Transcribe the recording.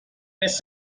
best